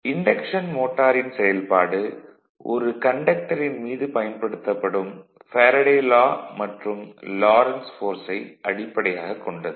induction மோட்டாரின் செயல்பாடு ஒரு கண்டக்டரின் மீது பயன்படுத்தப்படும் ஃபேரடே லா மற்றும் லாரன்ஸ் போர்சைப் அடிப்படையாகக் கொண்டது